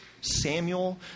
Samuel